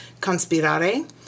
Conspirare